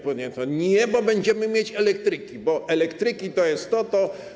Mówiono: Nie, bo będziemy mieć elektryki, bo elektryki to jest to i to.